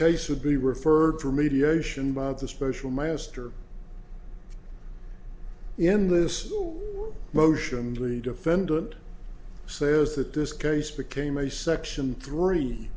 case would be referred for mediation by the special master in this motion the defendant says that this case became a section three